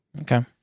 Okay